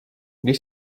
když